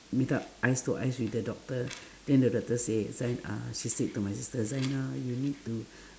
meet up eyes to eyes with the doctor then the doctor say sa~ she said to my sister zaina you need to